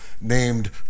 named